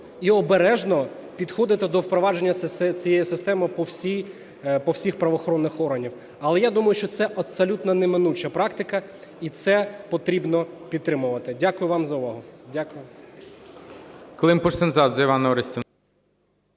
і обережно підходити до впровадження цієї системи по всіх правоохоронних органах. Але я думаю, що це абсолютно неминуча практика і це потрібно підтримувати. Дякую вам за увагу.